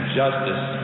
justice